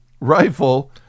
rifle